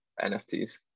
NFTs